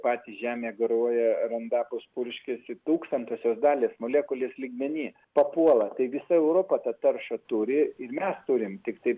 patys žemė garuoja randapus purškiasi tūkstantosios dalys molekulės lygmenyje papuola taigi europa tą taršą turi ir mes turim tiktai